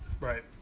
Right